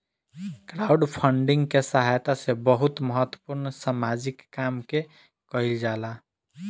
crowdfunding के सहायता से बहुत महत्वपूर्ण सामाजिक काम के कईल जाला